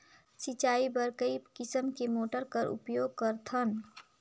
सिंचाई बर कई किसम के मोटर कर उपयोग करथन?